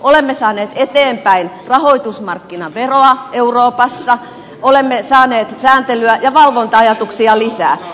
olemme saaneet eteenpäin rahoitusmarkkinaveroa euroopassa olemme saaneet sääntelyä ja valvonta ajatuksia lisää